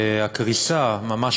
תודה רבה, אדוני השר, חברי